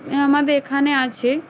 আমাদের এখানে আছে